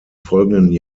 folgenden